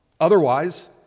Otherwise